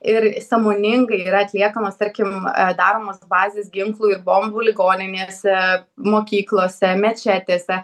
ir sąmoningai yra atliekamos tarkim daromos bazės ginklų ir bombų ligoninėse mokyklose mečetėse